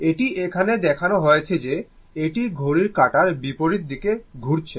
এটি এখানে দেখানো হয়েছে যে এটি ঘড়ির কাঁটার বিপরীত দিকে ঘুরছে